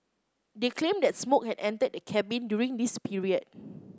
they claimed that smoke had entered the cabin during this period